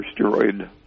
steroid